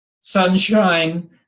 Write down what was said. sunshine